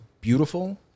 beautiful